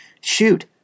shoot